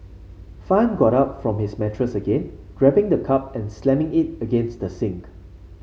fan got up from his mattress again grabbing the cup and slamming it against the sink